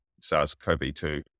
SARS-CoV-2